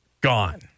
gone